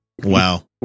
Wow